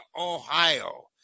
ohio